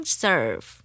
serve